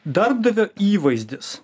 darbdavio įvaizdis